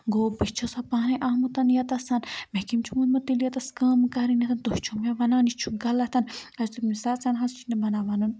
گوٚو بہٕ چھُ سہ پانَے آمُت یوٚتَسَن مےٚ کٚمۍ وونمُت تیٚلہِ یَتَس کٲم کَرنۍٚ تُہۍ چھُو مےٚ وَنان یہِ چھُ غلطَن اَسہِ دوٚپُس سَر ژےٚ نہ حظ چھِے نہٕ بَنان وَنُن